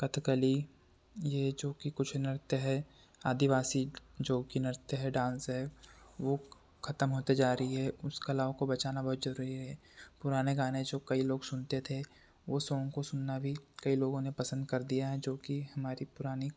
कथकली ये जो कि कुछ नृत्य है आदिवासी जो कि नृत्य है डांस है वो ख़त्म होते जा रही है उस कला को बचाना बहुत ज़रूरी है पुराने गाने जो कई लोग सुनते थे वो सॉन्ग को सुनना भी कई लोगों ने पसंद कर दिया है जो कि हमारी पुरानी